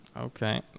Okay